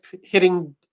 hitting